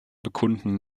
bekunden